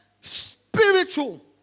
spiritual